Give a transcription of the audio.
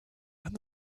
and